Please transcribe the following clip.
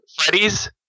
freddy's